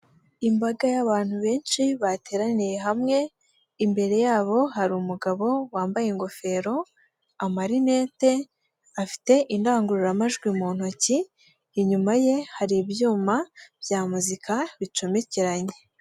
Imbaga y'abantu benshi bateraniye hamwe imbere yabo harimu umugabo wambaye ingofero, amarinete, afite indangururamajwi mu ntoki, inyuma ye hari ibyuma bya muzika bicomekeranye.